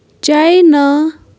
China